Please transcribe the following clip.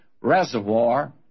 reservoir